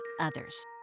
others